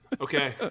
okay